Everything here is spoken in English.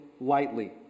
lightly